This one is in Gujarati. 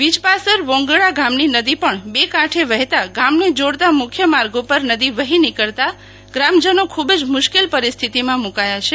વિજપાસર વોંધડા ગામની નદી પણ બે કાંઠે વહેતા ગામને જોડતા મુખ્ય માર્ગો પર નદી વઠ્ઠી નીકળતા ગ્રામજનો ખુબ જ મુશ્કેલ પરિસ્થિતિમાં મુકાયા છે